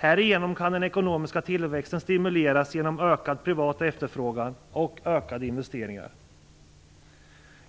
Härigenom kan den ekonomiska tillväxten stimuleras genom ökad privat efterfrågan och ökade investeringar.